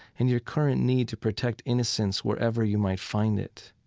and your current need to protect innocence wherever you might find it.